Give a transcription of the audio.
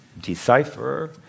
decipher